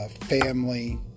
family